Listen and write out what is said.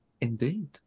Indeed